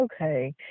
Okay